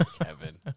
Kevin